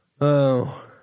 Oh